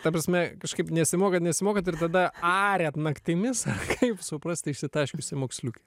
ta prasme kažkaip nesimokot nesimokot ir tada ariat naktimis kaip suprasti išsitaškiusi moksliukė